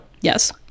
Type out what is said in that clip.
Yes